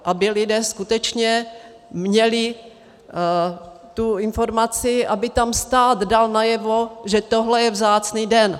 Aby lidé skutečně měli tu informaci, aby tam stát dal najevo, že tohle je vzácný den.